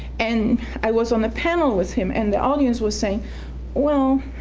and i was on a panel with him and the audience was saying well,